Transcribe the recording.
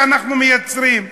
שאנחנו מייצרים.